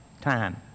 time